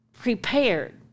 Prepared